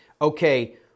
okay